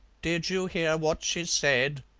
did you hear what she said?